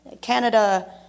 Canada